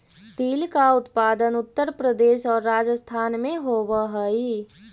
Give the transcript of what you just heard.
तिल का उत्पादन उत्तर प्रदेश और राजस्थान में होवअ हई